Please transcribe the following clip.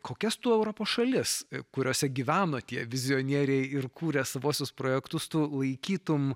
kokias tu europos šalis kuriose gyveno tie vizionieriai ir kūrė savuosius projektus tu laikytum